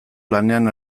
lanean